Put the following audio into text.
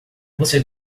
você